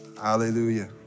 Hallelujah